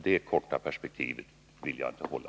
Det korta perspektivet vill jag inte ha.